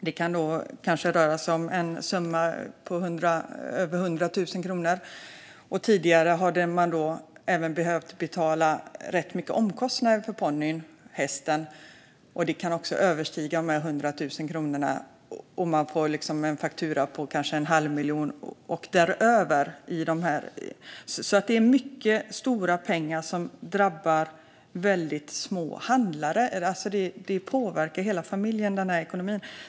Det kan röra sig om en summa på över 100 000 kronor. Tidigare har man även behövt betala rätt stora omkostnader för ponnyn eller hästen, som kan överstiga dessa 100 000 kronor. Man får kanske en faktura på en halv miljon eller mer. Det handlar alltså om mycket stora pengar, och det drabbar väldigt små handlare. Ekonomin påverkar hela familjen.